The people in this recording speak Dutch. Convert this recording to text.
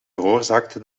veroorzaakte